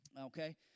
Okay